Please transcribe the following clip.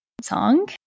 song